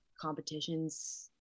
competition's